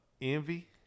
Envy